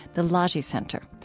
the lajee center.